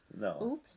No